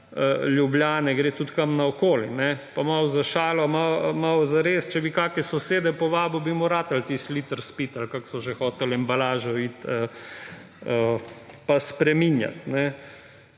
Ljubljane, gre tudi kam naokoli. Pa malo za šalo, malo zares, če bi kakšne sosede povabil, bi mu uspelo tisti liter spiti, ali kako so že hoteli, embalažo spreminjati.